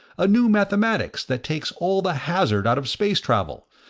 a new mathematics that takes all the hazard out of space travel,